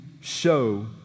show